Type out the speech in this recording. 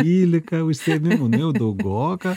dvylika užsiėmimų nu jau daugoka